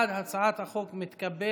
ההצעה להעביר את הצעת חוק תשלומים